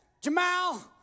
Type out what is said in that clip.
Jamal